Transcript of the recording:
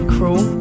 Cruel